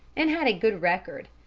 and had a good record.